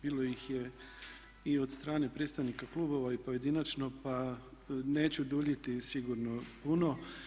Bilo ih je i od strane predstavnika klubova i pojedinačno pa neću duljiti sigurno puno.